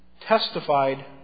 testified